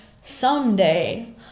someday